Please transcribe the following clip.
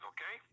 Okay